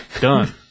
Done